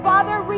Father